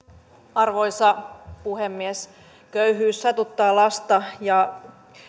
arvoisa puhemies köyhyys satuttaa lasta ja